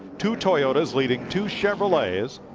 two toyotas leading two chevrolets.